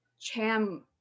cham